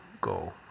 go